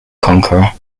conqueror